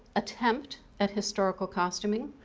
attempt at historical costuming,